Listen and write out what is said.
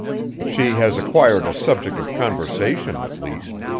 she has acquired a subject of conversation, at least.